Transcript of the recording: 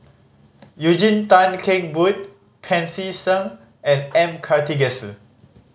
Eugene Tan Kheng Boon Pancy Seng and M Karthigesu